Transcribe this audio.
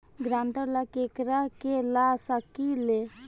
ग्रांतर ला केकरा के ला सकी ले?